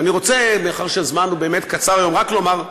ואני רוצה, מאחר שהזמן באמת קצר היום, רק לומר: